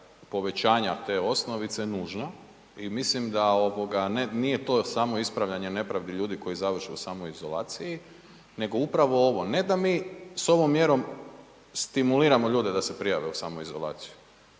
povećanja te osnovice nužna i mislim da ovoga nije to samo ispravljanje nepravdi ljudi koji završe u samoizolaciji nego upravo ovo, ne da mi s ovom mjerom stimuliramo ljude da se prijave u samoizolaciju